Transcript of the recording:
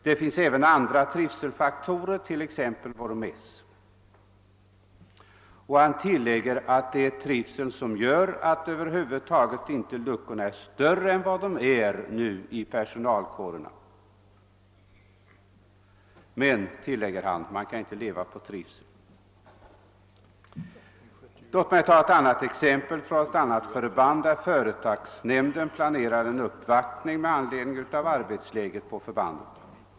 Det finns även andra trivselfaktorer, t.ex. vår mäss.> Han tillägger att det är trivseln som gör att över huvud taget luckorna i personalkårerna inte är större än vad de nu är. >Men>, slutar han, »man kan inte leva på trivsel.» Jag vill ta ett exempel från ett annat förband där företagsnämnden planerar en uppvaktning med anledning av arbetsläget på förbandet.